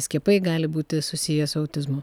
skiepai gali būti susiję su autizmu